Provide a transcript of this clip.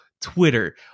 Twitter